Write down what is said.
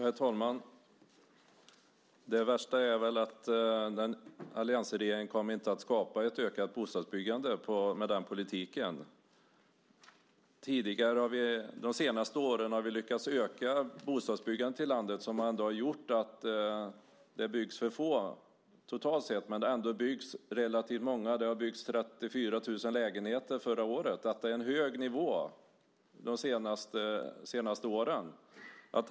Herr talman! Det värsta är väl att alliansregeringen inte kommer att skapa ett ökat bostadsbyggande med den politiken. De senaste åren har vi lyckats öka bostadsbyggandet i landet. Det byggs för få totalt sett, men det har ändå byggts relativt många. Det byggdes 34 000 lägenheter förra året. Det har varit en hög nivå de senaste åren.